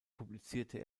publizierte